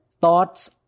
thoughts